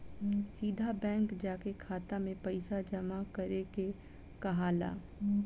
सीधा बैंक जाके खाता में पइसा जामा करे के कहाला